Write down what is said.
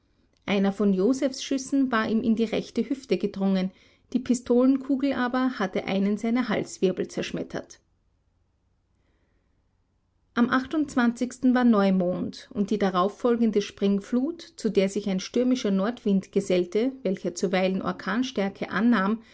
einer von josephs schüssen war ihm in die rechte hüfte gedrungen die pistolenkugel aber hatte einen seiner halswirbel zerschmettert am war neumond und die darauf folgende springflut zu der sich ein stürmischer nordwind gesellte welcher zuweilen orkanstärke annahm